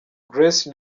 grace